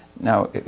Now